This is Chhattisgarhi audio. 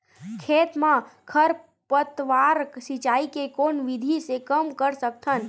खेत म खरपतवार सिंचाई के कोन विधि से कम कर सकथन?